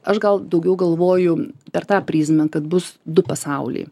aš gal daugiau galvoju per tą prizmę tad bus du pasauliai